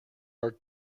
are